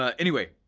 ah anyway,